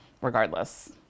regardless